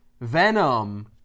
Venom